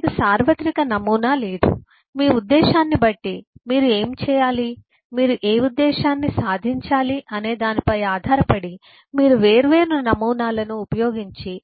దీనికి సార్వత్రిక నమూనా లేదు మీ ఉద్దేశాన్ని బట్టి మీరు ఏమి చేయాలి మీరు ఏ ఉద్దేశ్యాన్ని సాధించాలి అనేదానిపై ఆధారపడి మీరు వేర్వేరు నమూనాలను ఉపయోగించి